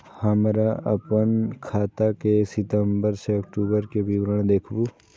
हमरा अपन खाता के सितम्बर से अक्टूबर के विवरण देखबु?